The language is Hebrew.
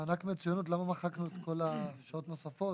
ובמענק מצוינות למה מחקנו את כל השעות הנוספות,